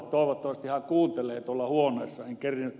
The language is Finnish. toivottavasti hän kuuntelee tuolla huoneessaan